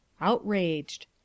Outraged